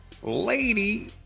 Lady